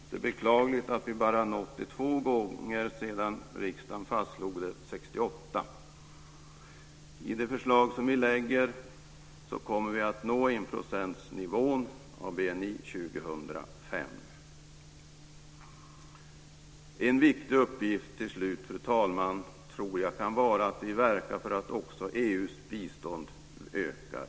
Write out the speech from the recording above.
Det är beklagligt att vi nått det bara två gånger sedan riksdagen fastslog det 1968. I det förslag som vi lägger fram kommer vi att nå 1 % av BNI Fru talman! En viktig uppgift tror jag kan vara att vi verkar för att också EU:s bistånd ökar.